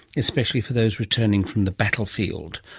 especially for those returning from the battle field.